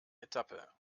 etappe